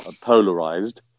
polarized